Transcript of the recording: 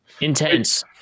Intense